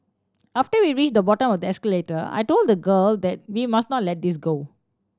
after we reached the bottom of the escalator I told the girl that we must not let this go